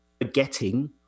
forgetting